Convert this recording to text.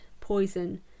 poison